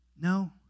No